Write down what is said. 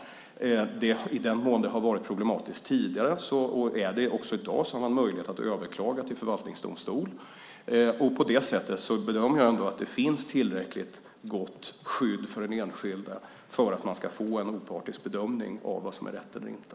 I den mån det har varit problematiskt tidigare, och är det också i dag, är det möjligt att överklaga till förvaltningsdomstol. På det sättet bedömer jag ändå att det finns tillräckligt gott skydd för den enskilde för att få en opartisk bedömning av vad som är rätt eller inte.